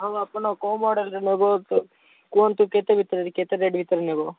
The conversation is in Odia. ହଁ ଆପଣ କେଉଁ ମଡ଼େଲ୍ର ନେବ କୁହନ୍ତୁ କେତେ ଭିତରେ କେତେ ରେଟ୍ ଭିତରେ ନେବ